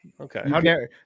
Okay